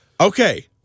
okay